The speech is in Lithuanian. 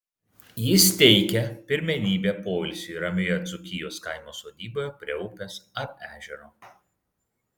jis teikia pirmenybę poilsiui ramioje dzūkijos kaimo sodyboje prie upės ar ežero